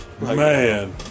man